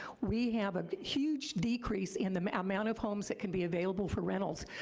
we have a huge decrease in the amount of homes that can be available for rentals.